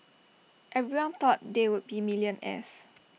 everyone thought they would be millionaires